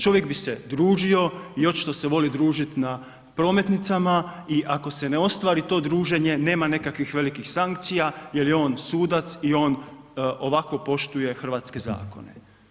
Čovjek bi se družio i očito se voli družiti na prometnicama i ako se ne ostvari to druženje, nema nekakvih velikih sankcija jer je on sudac i on ovako poštuje hrvatske zakone.